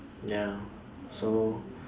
ya so